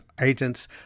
agents